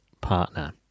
partner